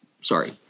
sorry